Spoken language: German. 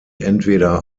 entweder